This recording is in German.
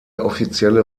offizielle